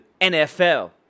NFL